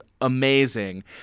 amazing